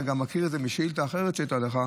אתה גם מכיר את זה משאילתה אחרת שהייתה לך,